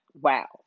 wow